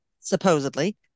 supposedly